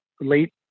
late